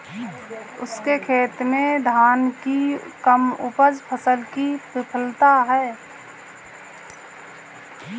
उसके खेत में धान की कम उपज फसल की विफलता है